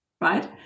right